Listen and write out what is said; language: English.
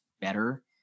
better